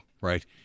Right